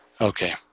Okay